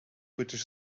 british